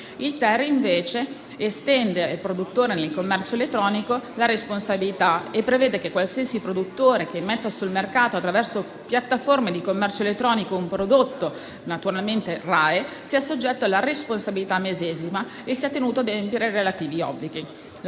estende invece ai produttori del commercio elettronico la responsabilità e prevede che qualsiasi produttore che immetta sul mercato, attraverso piattaforme di commercio elettronico, un prodotto naturalmente RAEE sia soggetto alla responsabilità medesima e sia tenuto ad adempiere ai relativi obblighi.